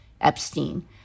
Epstein